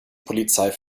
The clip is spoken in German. polizei